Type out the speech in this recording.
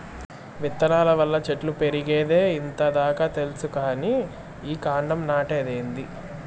విత్తనాల వల్ల చెట్లు పెరిగేదే ఇంత దాకా తెల్సు కానీ ఈ కాండం నాటేదేందీ